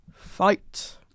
Fight